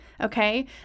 Okay